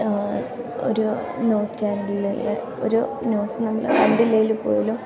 ഒരു ന്യൂസ് ചാനലിൽ ഒരു ന്യൂസ് നമ്മൾ കണ്ടില്ലെങ്കിൽ പോലും